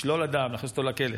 לשלול מהאדם, להכניס אותו לכלא.